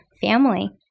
family